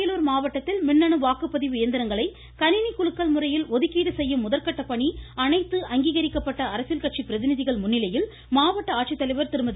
அரியலூர் மாவட்டத்தில் மின்னனு வாக்குப்பதிவு இயந்திரங்களை கணிணி குலுக்கல் முறையில் ஒதுக்கீடு செய்யும் அங்கீகரிக்கப்பட்ட அரசியல் கட்சி பிரதிநிதிகள் முன்னிலையில் மாவட்ட ஆட்சித் தலைவர் திருமதி